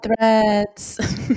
threads